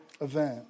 event